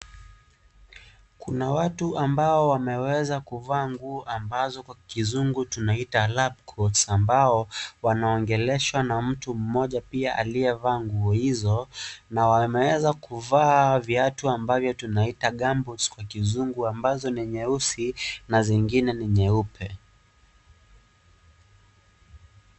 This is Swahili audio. Kuna watu ambao wameweza kuvaa nguo ambazo kwa kizungu tunaita lab coats ambao wanaongeleshwa na mtu mmoja pia aliyevaa nguo hizo na wameweza kuvaa viatu ambavyo tunaita gumboots kwa kizungu ambazo ni nyeusi na zingine ni nyeupe.